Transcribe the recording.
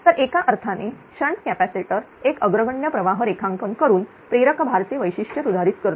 तर एका अर्थाने शंट कॅपॅसिटर एक अग्रगण्य प्रवाह रेखांकन करून प्रेरक भार चे वैशिष्ट्य सुधारित करतो